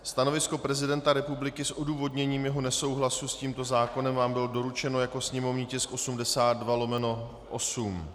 Stanovisko prezidenta republiky s odůvodněním jeho nesouhlasu s tímto zákonem vám bylo doručeno jako sněmovní tisk 82/8.